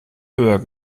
höher